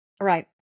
Right